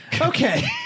Okay